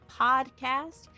podcast